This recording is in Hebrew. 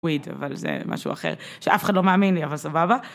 wait, אבל זה משהו אחר, שאף אחד לא מאמין לי אבל סבבה.